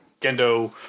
Gendo